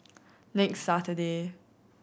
next Saturday